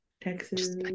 Texas